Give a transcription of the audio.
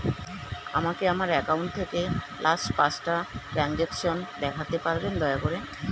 আমাকে আমার অ্যাকাউন্ট থেকে লাস্ট পাঁচটা ট্রানজেকশন দেখাতে পারবেন দয়া করে